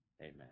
Amen